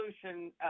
solution